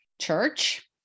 church